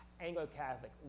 Anglo-Catholic